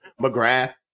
mcgrath